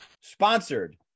Sponsored